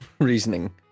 reasoning